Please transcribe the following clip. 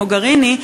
מוגריני,